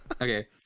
Okay